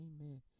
Amen